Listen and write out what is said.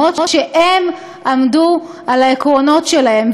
והם עמדו על העקרונות שלהם,